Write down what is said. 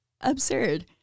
absurd